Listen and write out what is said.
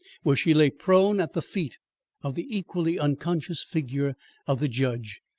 where she lay prone at the feet of the equally unconscious figure of the judge,